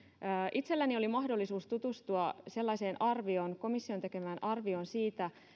itselläni oli mahdollisuus tutustua sellaiseen komission tekemään arvioon siitä